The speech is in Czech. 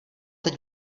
teď